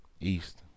East